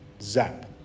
zap